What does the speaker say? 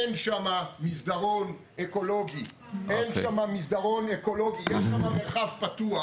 אין שם מסדרון אקולוגי, יש שם מרחב פתוח.